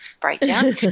breakdown